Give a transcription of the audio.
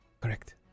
Correct